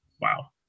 Wow